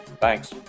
Thanks